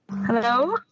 Hello